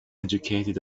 educated